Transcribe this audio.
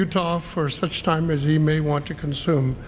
utah for such time as he may want to consume